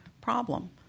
problem